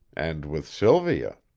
and with sylvia